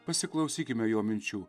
pasiklausykime jo minčių